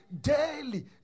Daily